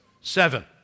Seven